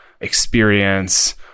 experience